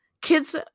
kids